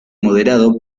moderado